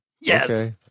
Yes